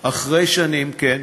אחרי שנים, כן,